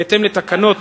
בהתאם לתקנות